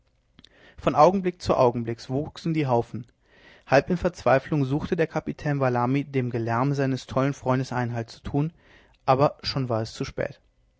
von augenblick zu augenblick wuchsen die haufen halb in verzweiflung suchte der kapitän valani dem gelärm seines tollen freundes einhalt zu tun aber schon war es zu spät